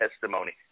testimony